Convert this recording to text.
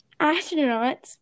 Astronauts